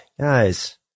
guys